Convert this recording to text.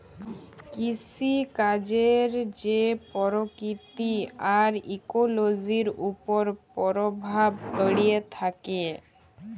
কিসিকাজের যে পরকিতি আর ইকোলোজির উপর পরভাব প্যড়ে থ্যাকে